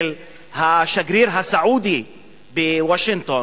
של השגריר הסעודי בוושינגטון,